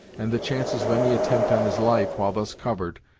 and the chances of any attempt on his life while thus covered,